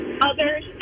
others